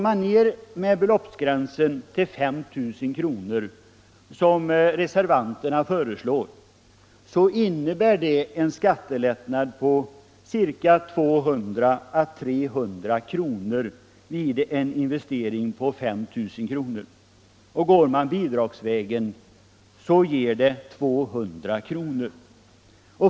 Sänker man beloppsgränsen till 5 000 kr., som reservanterna föreslår, innebär det en skattelättnad på 200-300 kr. vid en investering av 5 000 kr., som bidragsvägen skulle ge 200 kr.